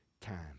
time